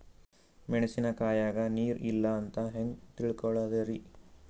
ಮೆಣಸಿನಕಾಯಗ ನೀರ್ ಇಲ್ಲ ಅಂತ ಹೆಂಗ್ ತಿಳಕೋಳದರಿ?